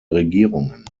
regierungen